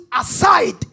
aside